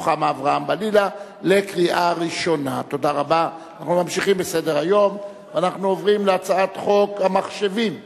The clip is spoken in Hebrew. אנחנו ממשיכים בסדר-היום ואנחנו עוברים להצעת חוק המחשבים (תיקון,